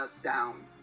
down